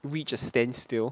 we just stand still